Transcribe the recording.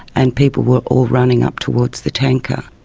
and people were all running up towards the tanker.